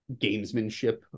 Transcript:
gamesmanship